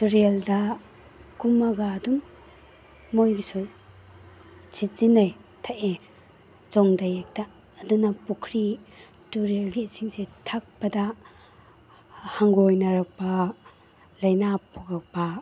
ꯇꯨꯔꯦꯜꯗ ꯀꯨꯝꯃꯒ ꯑꯗꯨꯝ ꯃꯈꯣꯏꯒꯤꯁꯨ ꯁꯤꯖꯤꯟꯅꯩ ꯊꯛꯏ ꯆꯣꯡꯊꯩ ꯍꯦꯛꯇ ꯑꯗꯨꯅ ꯄꯨꯈ꯭ꯔꯤ ꯇꯨꯔꯦꯜꯒꯤ ꯏꯁꯤꯡꯁꯦ ꯊꯛꯄꯗ ꯍꯪꯒꯣꯏꯅꯔꯛꯄ ꯂꯩꯅꯥ ꯄꯣꯛꯂꯛꯄ